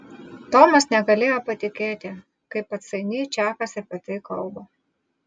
tomas negalėjo patikėti kaip atsainiai čakas apie tai kalba